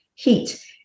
heat